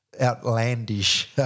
outlandish